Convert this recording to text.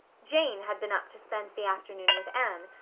jane had been up to spend the afternoon with anne,